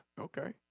Okay